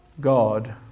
God